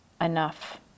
enough